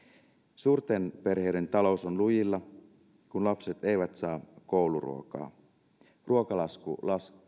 suurten perheiden talous on lujilla kun lapset eivät saa kouluruokaa ruokalasku